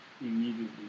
immediately